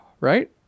right